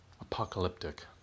apocalyptic